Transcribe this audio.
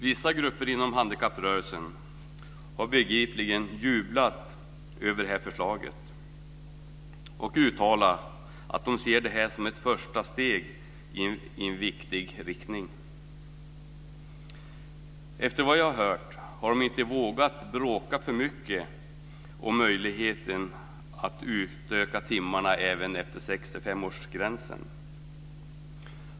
Vissa grupper inom handikapprörelsen har begripligt nog jublat över det här förslaget och uttalat att de ser det som ett första steg i en viktig riktning. Efter vad jag har hört har de inte vågat bråka för mycket om möjligheten att utöka timmarna även efter 65-årsgränsen.